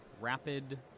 rapid